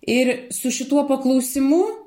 ir su šituo paklausimu